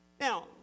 Now